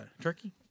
turkey